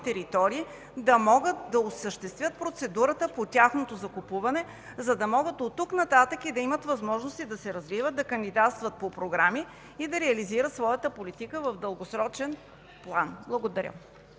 територии, да могат да осъществят процедурата по тяхното закупуване, за да могат от тук нататък да имат възможности да се развиват, да кандидатстват по програми и да реализират своята политика в дългосрочен план. Благодаря.